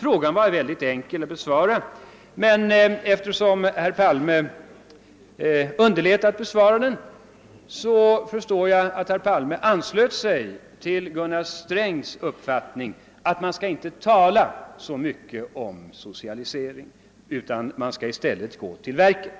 Frågan var mycket enkel att besvara, men eftersom herr Palme underlät att besvara den, förstår jag, att herr Palme ansluter sig till Gunnar Strängs uppfattning att man inte skall tala så mycket om socialisering utan att man i stället skall gå till verket.